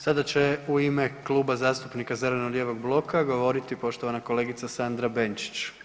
Sada će u ime Kluba zastupnika zeleno-lijevog bloka govoriti poštovana kolegica Sandra Benčić.